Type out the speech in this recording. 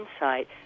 insight